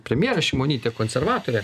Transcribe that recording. premjerė šimonytė konservatorė